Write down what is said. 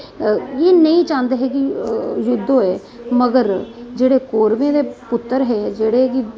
ए्ह नेईं चाह्दे हे कि युद्द होऐ मगर जेहडे़ कौरव दे पुतर हे जेहडे़ कि